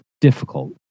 difficult